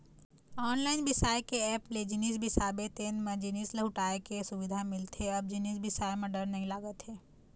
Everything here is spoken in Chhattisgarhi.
ऑनलाईन बिसाए के ऐप ले जिनिस बिसाबे तेन म जिनिस लहुटाय के सुबिधा मिले ले अब जिनिस बिसाए म डर नइ लागत हे